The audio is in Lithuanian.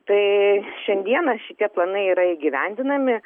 tai šiandieną šitie planai yra įgyvendinami